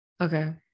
Okay